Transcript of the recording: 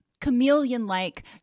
chameleon-like